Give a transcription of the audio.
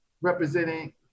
representing